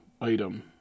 item